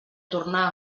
tornar